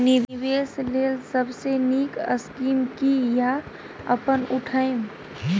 निवेश लेल सबसे नींक स्कीम की या अपन उठैम?